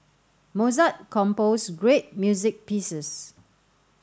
Mozart composed great music pieces